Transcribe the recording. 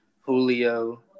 Julio